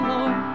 Lord